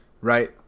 right